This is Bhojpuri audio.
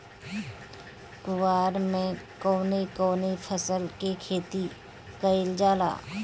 कुवार में कवने कवने फसल के खेती कयिल जाला?